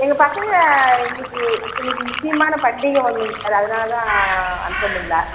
எங்கள் பசங்கள் இன்னிக்கி இன்னிக்கி முக்கியமான பண்டிகை ஒன்றுங் சார் அதனால் தான் அனுப்ப முடில்ல